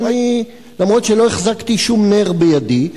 אף-על-פי שלא החזקתי שום נר בידי,